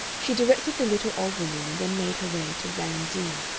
she directed the little old woman and then made her way to van d.